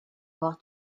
avoir